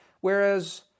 Whereas